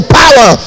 power